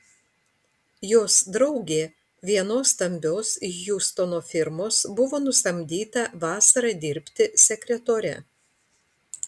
jos draugė vienos stambios hjustono firmos buvo nusamdyta vasarą dirbti sekretore